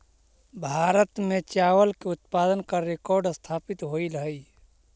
भारत में चावल के उत्पादन का रिकॉर्ड स्थापित होइल हई